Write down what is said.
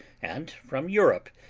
and from europe,